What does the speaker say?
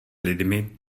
lidmi